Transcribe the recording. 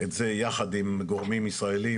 זה יחד עם גורמים ישראלים,